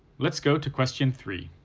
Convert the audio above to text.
let's go to question three.